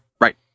Right